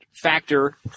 factor